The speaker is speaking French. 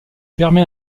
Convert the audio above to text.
permet